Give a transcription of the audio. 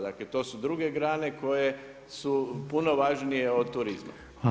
Dakle to su druge grane koje su puno važnije od turizma.